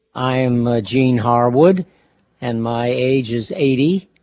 i am ah geanne harwood and my age is eighty